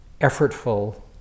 effortful